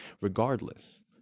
regardless